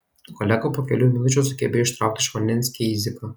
kolega po kelių minučių sugebėjo ištraukti iš vandens keiziką